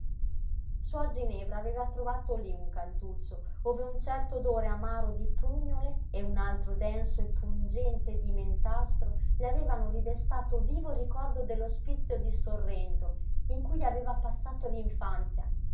suor ginevra aveva trovato lí un cantuccio ove un certo odore amaro di prugnole e un altro denso e pungente di mentastro le avevano ridestato vivo il ricordo dell'ospizio di sorrento in cui aveva passato